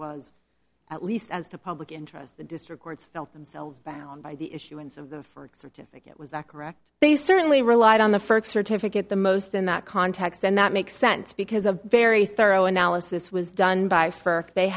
was at least as to public interest the district courts felt themselves bound by the issuance of the for except if it was that correct they certainly relied on the first certificate the most in that context and that makes sense because a very thorough analysis was done by for they